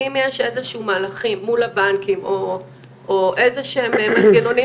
האם יש איזשהם מהלכים מול הבנקים או איזשהם מנגנונים